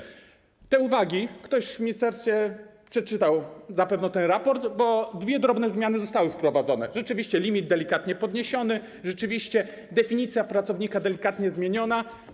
Jeśli chodzi o te uwagi, ktoś w ministerstwie przeczytał na pewno ten raport, bo dwie drobne zmiany zostały wprowadzone - rzeczywiście limit delikatnie podniesiony, rzeczywiście definicja pracownika delikatnie zmieniona.